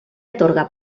atorga